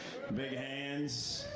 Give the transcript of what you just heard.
big hands.